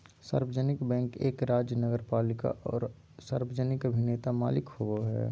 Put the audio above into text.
सार्वजनिक बैंक एक राज्य नगरपालिका आर सार्वजनिक अभिनेता मालिक होबो हइ